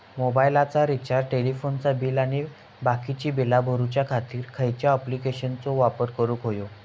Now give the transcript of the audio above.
मोबाईलाचा रिचार्ज टेलिफोनाचा बिल आणि बाकीची बिला भरूच्या खातीर खयच्या ॲप्लिकेशनाचो वापर करूक होयो?